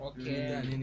Okay